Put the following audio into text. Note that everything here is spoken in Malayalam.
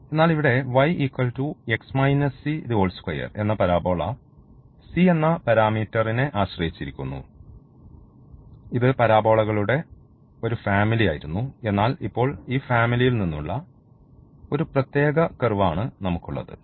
എന്നാൽ ഇവിടെ y 2 എന്ന പരാബോള c എന്ന ഈ പാരാമീറ്ററിനെ ആശ്രയിച്ചിരിക്കുന്നു ഇത് പരാബോളകളുടെ ഒരു ഫാമിലി ആയിരുന്നു എന്നാൽ ഇപ്പോൾ ഈ ഫാമിലി യിൽ നിന്നുള്ള ഒരു പ്രത്യേക കർവാണ് നമുക്കുള്ളത്